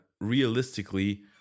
realistically